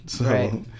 Right